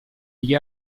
gli